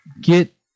get